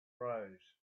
rose